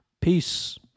Peace